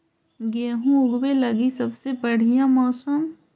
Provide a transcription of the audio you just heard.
गेहूँ ऊगवे लगी सबसे बढ़िया मौसम?